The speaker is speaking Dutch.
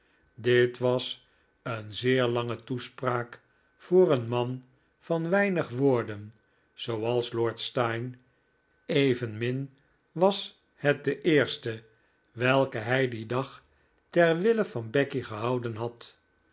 dit was een zeer lange toespraak voor een man van weinig woorden zooals lord steyne evenmin was het de eerste welke hij dien dag ter wille van becky gehouden had